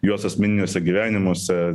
juos asmeniniuose gyvenimuose